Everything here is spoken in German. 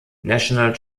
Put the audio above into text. national